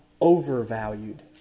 overvalued